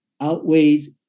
outweighs